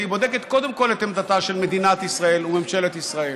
והיא בודקת קודם כול את עמדתה של מדינת ישראל וממשלת ישראל.